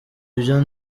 ibyo